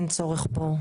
אין צורך בו,